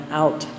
out